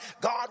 God